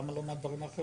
למה לא מהדברים האחרים?